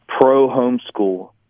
pro-homeschool